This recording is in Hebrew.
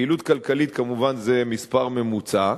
פעילות כלכלית כמובן זה מספר ממוצע,